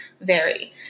vary